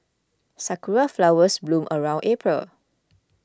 sakura flowers bloom around April